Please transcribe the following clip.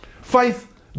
Faith